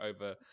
over